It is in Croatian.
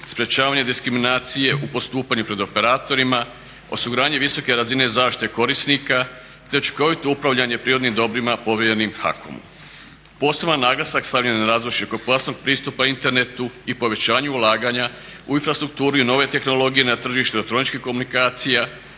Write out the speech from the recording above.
sprječavanje diskriminacije u postupanju pred operatorima, osiguranje visoke razine zaštite korisnika, te učinkovito upravljanje prirodnim dobrima povjerenim HAKOM-u. Poseban naglasak stavljen je na …/Govornik se ne razumije./… pristupa internetu i povećanju ulaganja u infrastrukturu i nove tehnologije na tržištu elektroničkih komunikacija